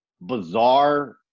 bizarre